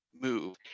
move